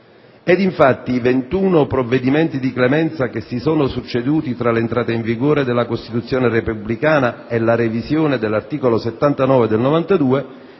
Ed infatti i 21 provvedimenti di clemenza che si sono succeduti tra l'entrata in vigore della Costituzione repubblicana e la revisione dell'articolo 79 del 1992,